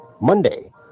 Monday